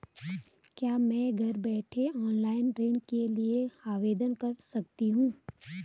क्या मैं घर बैठे ऑनलाइन ऋण के लिए आवेदन कर सकती हूँ?